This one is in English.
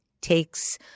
takes